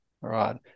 right